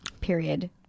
period